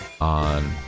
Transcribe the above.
On